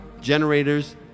generators